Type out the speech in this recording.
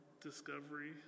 Discovery